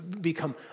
become